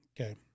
Okay